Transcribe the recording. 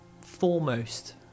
foremost